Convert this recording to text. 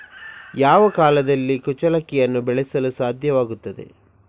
ಯಾವ ಕಾಲದಲ್ಲಿ ಕುಚ್ಚಲಕ್ಕಿಯನ್ನು ಬೆಳೆಸಲು ಸಾಧ್ಯವಾಗ್ತದೆ?